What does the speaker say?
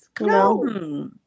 No